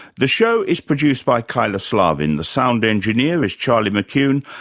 the show is produced by kyla slaven. the sound engineer is charlie mccune.